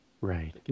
right